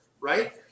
Right